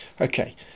Okay